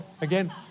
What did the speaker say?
again